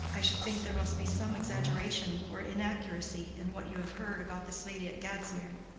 i should think there must be some exaggeration or inaccuracy in what you have heard about this lady at gadsmere.